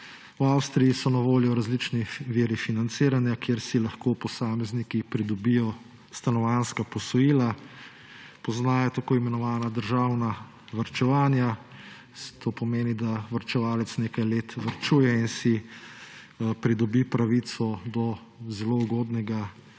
V Avstriji so na voljo različni viri financiranja, kjer si lahko posamezniki pridobijo stanovanjska posojila, poznajo tako imenovana državna varčevanja. To pomeni, da varčevalec nekaj let varčuje in si pridobi pravico do zelo ugodnega